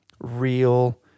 real